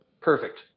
Perfect